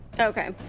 Okay